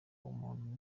umuntu